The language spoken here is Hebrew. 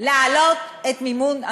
איזה תיקון?